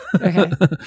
Okay